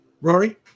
Rory